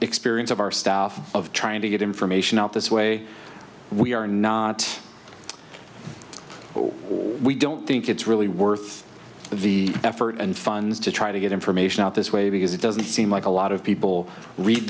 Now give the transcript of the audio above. experience of our staff of trying to get information out this way we are not or we don't think it's really worth the effort and funds to try to get information out this way because it doesn't seem like a lot of people read